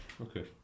Okay